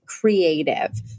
creative